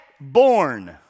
born